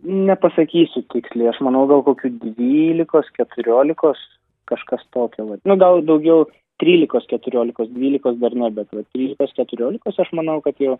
nepasakysiu tiksliai aš manau gal kokių dvylikos keturiolikos kažkas tokio vat nu gal daugiau trylikos keturiolikos dvylikos dar ne bet vat trulikos keturiolikos aš manau kad jau